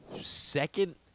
second